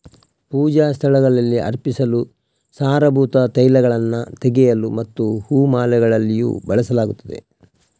ಪೂಜಾ ಸ್ಥಳಗಳಲ್ಲಿ ಅರ್ಪಿಸಲು, ಸಾರಭೂತ ತೈಲಗಳನ್ನು ತೆಗೆಯಲು ಮತ್ತು ಹೂ ಮಾಲೆಗಳಲ್ಲಿಯೂ ಬಳಸಲಾಗುತ್ತದೆ